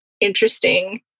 interesting